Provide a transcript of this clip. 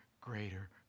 greater